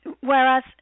whereas